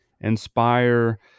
inspire